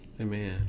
Amen